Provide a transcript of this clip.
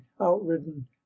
outridden